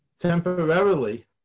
temporarily